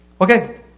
Okay